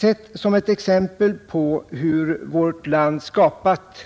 Sett som ett exempel på hur vårt land skapat